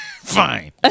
Fine